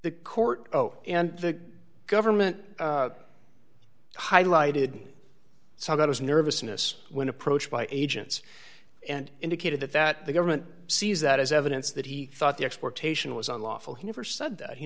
the court oh and the government highlighted saw that his nervousness when approached by agents and indicated that that the government sees that as evidence that he thought the exportation was unlawful he never said that he